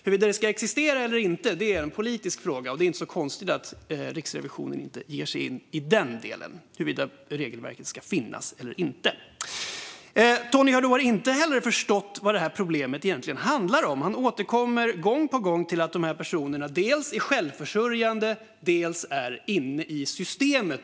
Huruvida det ska existera eller inte är en politisk fråga, och det är inte så konstigt att Riksrevisionen inte ger sig in i den delen. Tony Haddou har inte heller förstått vad problemet egentligen handlar om. Han återkommer gång på gång till att personerna dels är självförsörjande, dels är inne i systemet.